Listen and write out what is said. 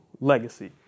legacy